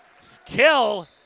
skill